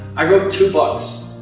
i wrote two books.